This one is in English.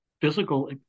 physical